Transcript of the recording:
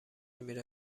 میره